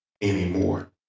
anymore